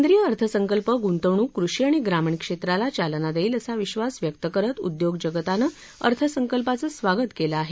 केंद्रीय अर्थसंकल्प गुंतवणूक कृषी आणि ग्रामीण क्षेत्राला चालना देईल असा विश्वास व्यक्त करत उद्योग जगतानं अर्थसंकल्पाचं स्वागत केलं आहे